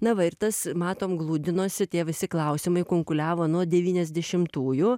na va ir tas matom gludinosi tie visi klausimai kunkuliavo nuo devyniasdešimtųjų